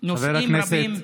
נושאים רבים,